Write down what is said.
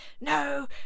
no